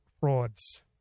frauds